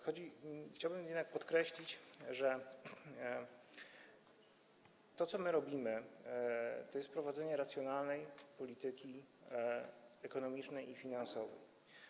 Chciałbym jednak podkreślić, że to, co my robimy, to jest prowadzenie racjonalnej polityki ekonomicznej i finansowej.